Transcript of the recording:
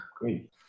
Great